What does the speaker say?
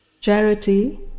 Charity